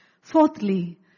Fourthly